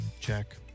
Check